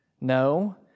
No